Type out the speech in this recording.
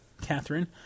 Catherine